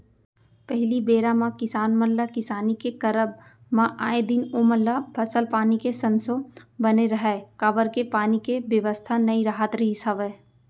पहिली बेरा म किसान मन ल किसानी के करब म आए दिन ओमन ल फसल पानी के संसो बने रहय काबर के पानी के बेवस्था नइ राहत रिहिस हवय